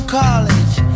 college